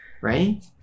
right